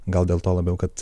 gal dėl to labiau kad